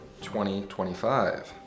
2025